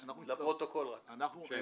אנחנו מצטרפים